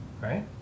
right